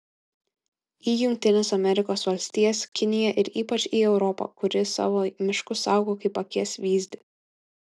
į jungtines amerikos valstijas kiniją ir ypač į europą kuri savo miškus saugo kaip akies vyzdį